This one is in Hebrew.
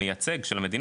המייצג של המדינה,